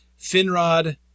Finrod